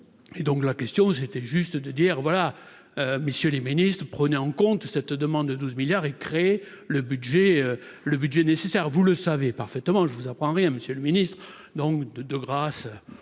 et donc la question, c'était juste de dire voilà, messieurs les Ministres, prenez en compte cette demande de 12 milliards et créer le budget, le budget nécessaire, vous le savez parfaitement, je ne vous apprends rien, Monsieur le Ministre, donc, de grâce,